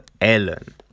Ellen